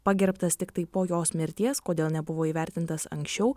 pagerbtas tiktai po jos mirties kodėl nebuvo įvertintas anksčiau